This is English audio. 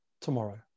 tomorrow